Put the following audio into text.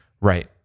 Right